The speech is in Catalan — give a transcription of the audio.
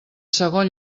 segon